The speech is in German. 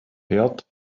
herd